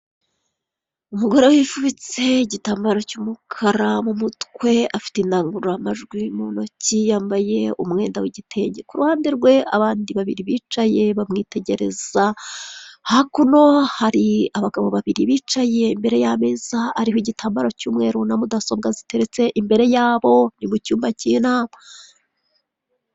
Umugore wifubitse igitambaro cy'umukara mu mutwe afite indangururamajwi mu ntoki yambaye umwenda w'igitenge, kuruhande rwe abandi babiri bicaye bamwitegereza, hakuno hari abagabo babiri bicaye imbere y'ameza ariho igitambaro cy'umweru na mudasobwa ziteretse imbere yabo ni mucyumba k'inama.